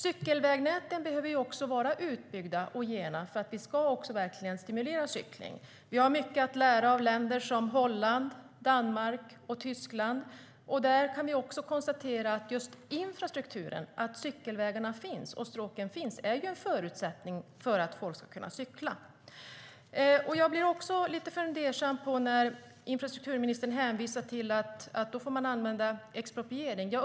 Cykelvägnäten behöver också vara utbyggda och gena för att vi verkligen ska stimulera till cykling. Vi har mycket att lära av länder som Holland, Danmark och Tyskland. Där kan vi konstatera att infrastrukturen, att cykelvägarna och stråken finns, är en förutsättning för att folk ska kunna cykla. Jag blir lite fundersam när infrastrukturministern hänvisar till användning av expropriering.